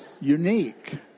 Unique